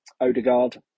Odegaard